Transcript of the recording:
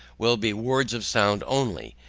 will be words of sound only,